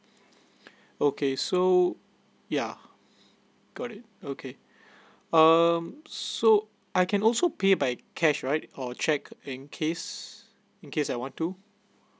okay so yeah got it okay um so I can also pay by cash right or cheque in case in case I want to